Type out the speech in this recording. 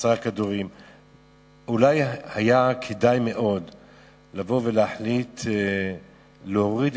אולי היה כדאי מאוד לבוא ולהחליט להוריד